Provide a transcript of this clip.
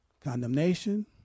condemnation